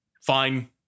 fine